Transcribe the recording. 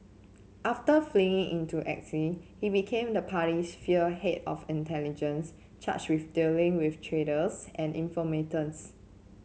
after fleeing into exile he became the party's feared head of intelligence charged with dealing with traitors and informants